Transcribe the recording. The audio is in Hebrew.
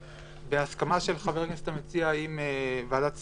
שגם בהסכמת חבר הכנסת המציע לוועדת השרים,